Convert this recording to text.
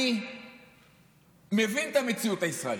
אני מבין את המציאות הישראלית,